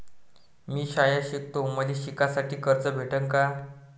मी शाळा शिकतो, मले शिकासाठी कर्ज भेटन का?